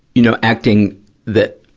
you know, acting the,